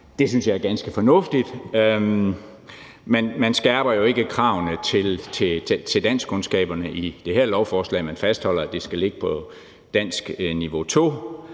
de synes, det er ganske fornuftigt. Man skærper jo ikke kravene til danskkundskaberne i det her lovforslag; man fastholder, at de skal ligge på danskniveau 2,